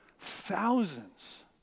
thousands